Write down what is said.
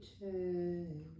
change